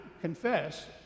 confess